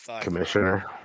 commissioner